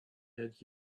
had